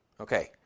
Okay